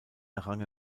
errang